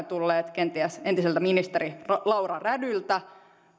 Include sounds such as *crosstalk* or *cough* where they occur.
*unintelligible* tulleet kenties entiseltä ministeri laura rädyltä